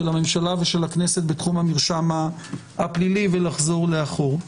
של הממשלה ושל הכנסת בתחום המרשם הפלילי ולחזור לאחור.